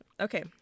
Okay